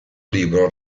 libro